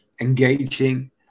engaging